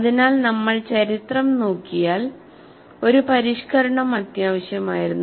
അതിനാൽ നമ്മൾ ചരിത്രം നോക്കിയാൽ ഒരു പരിഷ്ക്കരണം അത്യാവശ്യമായിരുന്നു